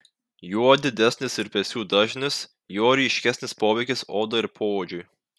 juo didesnis virpesių dažnis juo ryškesnis poveikis odai ir poodžiui